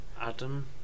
Adam